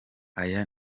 aya